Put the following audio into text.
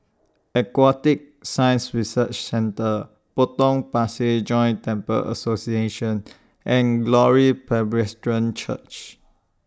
Aquatic Science Research Centre Potong Pasir Joint Temples Association and Glory Presbyterian Church